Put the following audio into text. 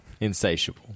Insatiable